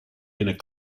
and